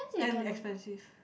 and expensive